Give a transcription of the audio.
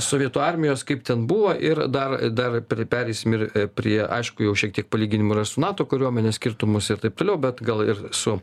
sovietų armijos kaip ten buvo ir dar dar per pereisim ir prie aišku jau šiek tiek palyginimų yra su nato kariuomene skirtumus ir taip toliau bet gal ir su